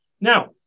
Now